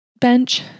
bench